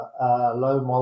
low